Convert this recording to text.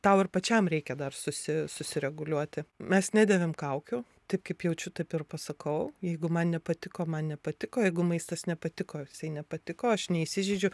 tau ir pačiam reikia dar susi susireguliuoti mes nedėvim kaukių taip kaip jaučiu taip ir pasakau jeigu man nepatiko man nepatiko jeigu maistas nepatiko jisai nepatiko aš neįsižeidžiu